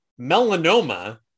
melanoma